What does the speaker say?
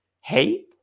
Hey